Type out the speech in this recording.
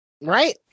Right